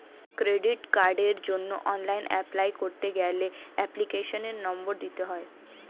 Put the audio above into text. credit কার্ডের জন্য online apply করতে গেলে এপ্লিকেশনের নম্বর দিতে হয়